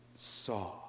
saw